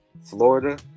Florida